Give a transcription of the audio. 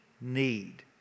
need